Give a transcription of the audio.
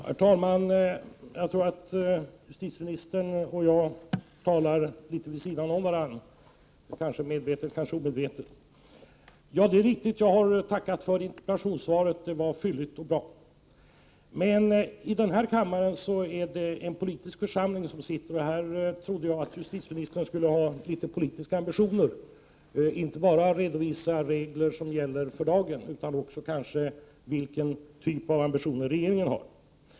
Herr talman! Jag tror att justitieministern och jag talar något vid sidan av varandra — medvetet eller omedvetet. Det är riktigt att jag har tackat för interpellationssvaret. Det var fylligt och bra. Men i denna kammare sitter en politisk församling, och därför trodde jag att justitieministern skulle ha några politiska ambitioner och inte bara redovisa regler som gäller för dagen utan också ange vilka ambitioner som regeringen har.